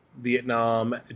Vietnam